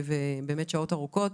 אין קורס הכנה לדברים האלה.